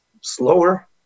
slower